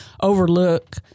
overlook